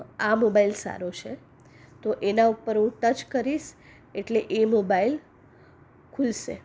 આ મોબાઈલ સારો છે તો એના ઉપર હું ટચ કરીશ એટલે એ મોબાઈલ ખુલશે